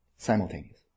Simultaneous